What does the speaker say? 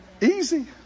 Easy